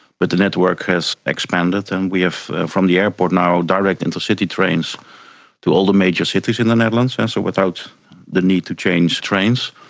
but the network has expanded and we have from the airport now direct into city trains to all the major cities in the netherlands. and so without the need to change trains.